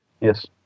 Yes